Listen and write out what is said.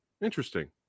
Interesting